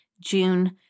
June